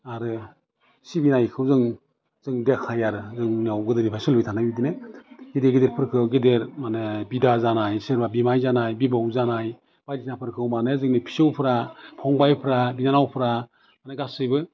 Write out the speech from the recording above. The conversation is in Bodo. आरो सिबिनायखौ जों जों देखायो आरो जोंनाव गोदोनिफ्राय सोलिबाय थानाय बिदिनो गिदिर गिदिरफोरखौ गेदेर माने बिदा जानाय सोरबा बिमाय जानाय बिबौ जानाय बायदिसिनाफोरखौ माने जोंनि फिसौफ्रा फंबायफ्रा बिनानावफ्रा माने गासैबो